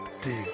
Dig